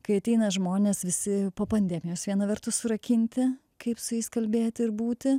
kai ateina žmonės visi po pandemijos viena vertus surakinti kaip su jais kalbėti ir būti